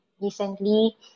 recently